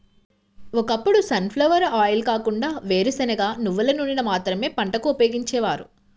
ఒకప్పుడు sunflower oil కాకుండా వేరుశనగ, నువ్వుల నూనెను మాత్రమే వంటకు ఉపయోగించేవారు